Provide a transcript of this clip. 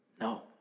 No